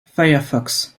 firefox